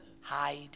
hide